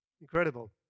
Incredible